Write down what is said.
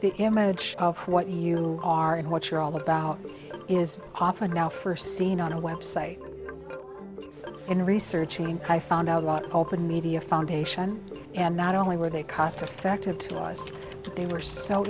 the image of what you are and what you're all about is often now first seen on a website and researching i found out a lot of open media foundation and not only were they cost effective to us they were so